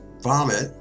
vomit